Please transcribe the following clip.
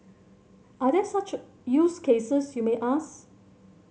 are there such use cases you may ask